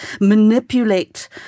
manipulate